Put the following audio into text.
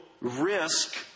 risk